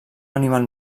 animal